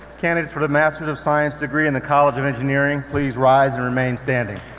candidates for the master of science degree in the college of engineering, please rise and remain standing.